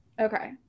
Okay